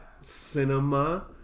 cinema